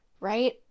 Right